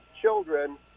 children